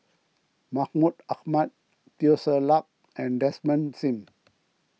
Mahmud Ahmad Teo Ser Luck and Desmond Sim